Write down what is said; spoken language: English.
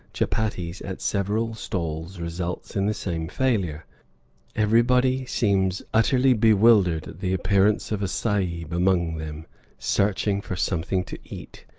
chuppatties, at several stalls results in the same failure everybody seems utterly bewildered at the appearance of a sahib among them searching for something to eat.